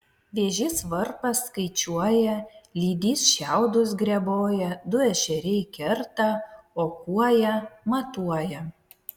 vėžys varpas skaičiuoja lydys šiaudus greboja du ešeriai kerta o kuoja matuoja